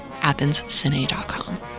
athenscine.com